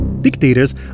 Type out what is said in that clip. Dictators